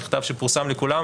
מכתב שפורסם לכולם,